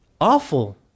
awful